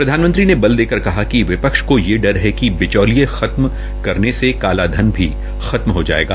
प्रधानमंत्री ने बल देकर कहा कि विपक्ष को ये डर है कि बिचोलियां खत्म करने से काला धन भी खत्म हो जायेगी